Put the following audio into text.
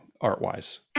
art-wise